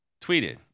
tweeted